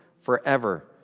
forever